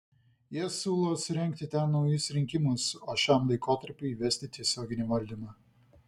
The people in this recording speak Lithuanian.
jie siūlo surengti ten naujus rinkimus o šiam laikotarpiui įvesti tiesioginį valdymą